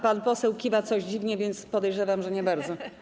Pan poseł kiwa coś dziwnie, więc podejrzewam, że nie bardzo.